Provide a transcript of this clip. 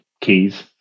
keys